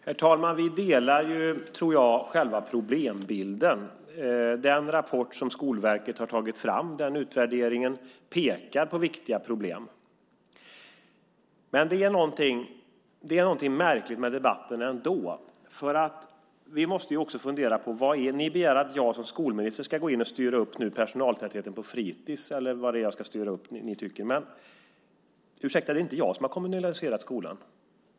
Herr talman! Jag tror att vi delar uppfattning om själva problembilden. Den rapport och utvärdering som Skolverket har tagit fram pekar på viktiga problem. Men det är något märkligt med debatten ändå. Ni begär att jag som skolminister ska gå in och styra upp personaltätheten på fritids, eller vad ni nu tycker att jag ska styra upp. Ursäkta, men det är inte jag som har kommunaliserat skolan!